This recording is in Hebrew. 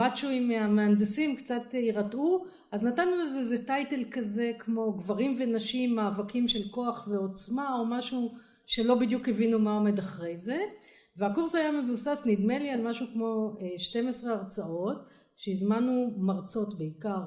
הפאנצ' עם המהנדסים, קצת ירתעו, אז נתנו לזה איזה טייטל כזה כמו גברים ונשים, מאבקים של כוח ועוצמה, או משהו שלא בדיוק הבינו מה עומד אחרי זה. והקורס היה מבוסס, נדמה לי, על משהו כמו 12 הרצאות, שהזמנו מרצות בעיקר